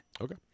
okay